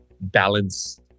balance